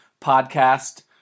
podcast